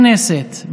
בתור חבר כנסת,